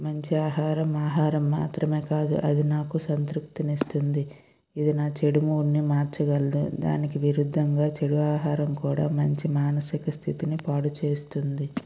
మంచి ఆహరం ఆహారం మాత్రమే కాదు అది నాకు సంతృప్తిని ఇస్తుంది ఇది నా చెడు మూడ్ని మార్చగలదు దానికి విరుద్ధంగా చెడు ఆహరం కూడా మంచి మానసిక స్థితిని పాడుచేస్తుంది